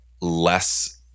less